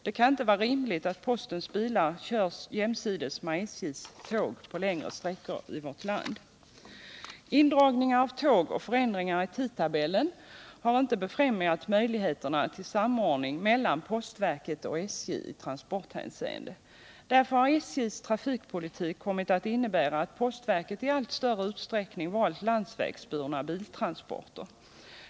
Det kan inte vara rimligt att postens bilar kör jämsides med SJ:s tåg på längre sträckor i vårt land. Indragningar av tåg och förändringar i tidtabellen har inte befrämjat möjligheterna till samordning mellan postverket och SJ i transporthänseende. Därför har SJ:s trafikpolitik kommit att innebära att postverket i allt större utsträckning har landsvägsburna biltransporter.